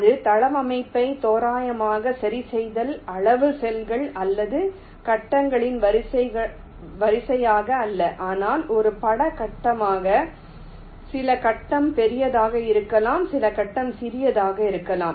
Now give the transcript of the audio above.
இது தளவமைப்பை தோராயமாக சரிசெய்தல் அளவு செல்கள் அல்லது கட்டங்களின் வரிசையாக அல்ல ஆனால் ஒரு பாட கட்டமாக சில கட்டம் பெரியதாக இருக்கலாம் சில கட்டம் சிறியதாக இருக்கலாம்